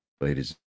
Ladies